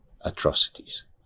atrocities